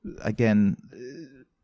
again